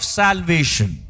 salvation